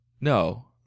No